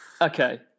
Okay